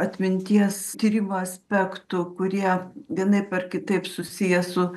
atminties tyrimo aspektų kurie vienaip ar kitaip susiję su